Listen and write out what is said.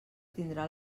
tindrà